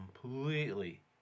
completely